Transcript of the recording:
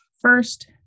First